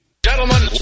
Gentlemen